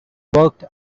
worked